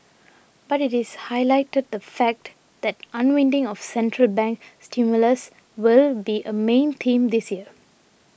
but it highlighted the fact that unwinding of central bank stimulus will be a main theme this year